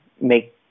make